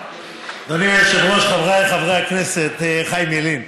אדוני היושב-ראש, חבריי חברי הכנסת, חיים ילין,